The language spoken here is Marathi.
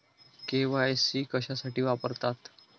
के.वाय.सी कशासाठी वापरतात?